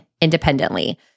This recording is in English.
independently